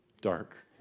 Dark